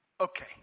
Okay